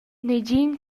negin